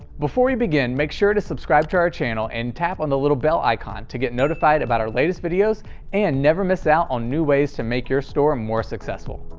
before we begin, make sure you subscribe to our channel and tap on the little bell icon to get notified about our latest videos and never miss out on new ways to make your store more successful.